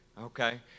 Okay